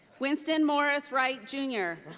winston morris wright jr.